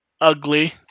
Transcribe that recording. Ugly